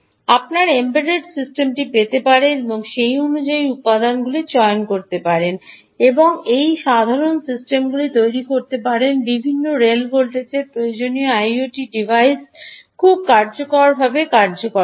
আপনার এমবেডড সিস্টেমটি পেতে আপনি সেই অনুযায়ী উপাদানগুলি চয়ন করতে পারেন এবং এই সাধারণ সিস্টেমগুলি তৈরি করতে পারেন বিভিন্ন রেল ভোল্টেজের প্রয়োজনীয় আইওটি ডিভাইস খুব কার্যকরভাবে কার্যকর করতে পারে